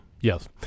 Yes